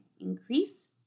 increase